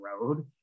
road